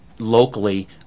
Locally